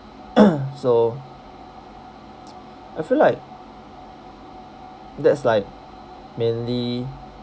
so I feel like that's like mainly